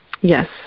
Yes